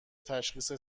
تشخیص